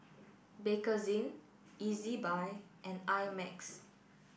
Bakerzin Ezbuy and I Max